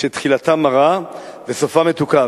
שתחילתה מרה וסופה מתוקה,